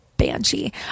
banshee